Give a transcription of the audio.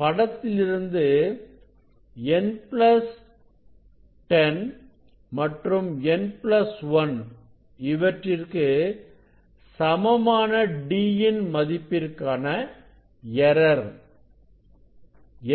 படத்திலிருந்து n 10 மற்றும் n1 இவற்றிற்கு சமமான D ன் மதிப்பிற்கான எரர்